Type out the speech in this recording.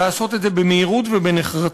ולעשות את זה במהירות ובנחרצות.